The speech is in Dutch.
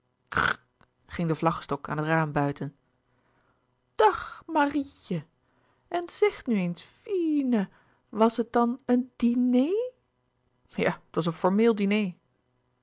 ging de vlaggestok aan het raam buiten dag mariètje en zeg nu eens fie ie ne was het dan een dinér ja het was een formeel